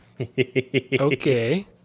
Okay